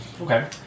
Okay